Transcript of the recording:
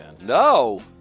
No